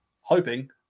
hoping